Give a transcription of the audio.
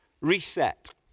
reset